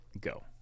go